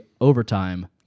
overtime